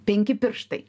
penki pirštai